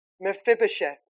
Mephibosheth